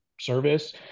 service